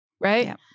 Right